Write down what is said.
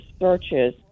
searches